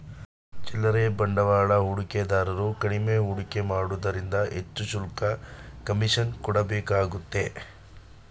ಚಿಲ್ಲರೆ ಬಂಡವಾಳ ಹೂಡಿಕೆದಾರರು ಕಡಿಮೆ ಹೂಡಿಕೆ ಮಾಡುವುದರಿಂದ ಹೆಚ್ಚು ಶುಲ್ಕ, ಕಮಿಷನ್ ಕೊಡಬೇಕಾಗುತ್ತೆ